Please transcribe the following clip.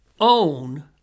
Own